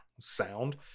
sound